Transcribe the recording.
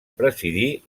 presidir